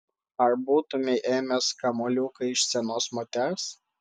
ar būtumei ėmęs kamuoliuką iš senos moters